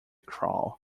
crawl